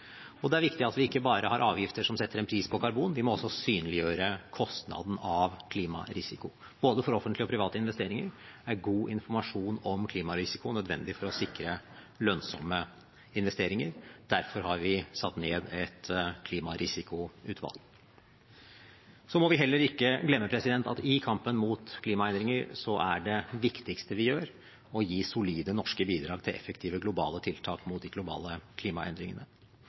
Og det er viktig at vi ikke bare har avgifter som setter en pris på karbon, vi må også synliggjøre kostnaden av klimarisiko – både for offentlige og private investeringer er god informasjon om klimarisikoen nødvendig for å sikre lønnsomme investeringer. Derfor har vi satt ned et klimarisikoutvalg. Så må vi heller ikke glemme at i kampen mot klimaendringer er det viktigste vi gjør, å gi solide norske bidrag til effektive globale tiltak mot de globale klimaendringene.